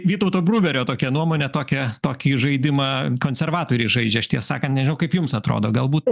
vytauto bruverio tokia nuomonė tokia tokį žaidimą konservatoriai žaidžia išties sakant nežinau kaip jums atrodo galbūt